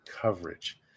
Coverage